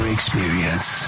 Experience